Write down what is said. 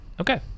Okay